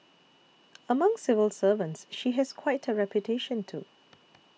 among civil servants she has quite a reputation too